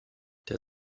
der